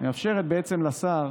מאפשרת בעצם לשר